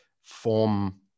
form